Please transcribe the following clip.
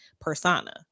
persona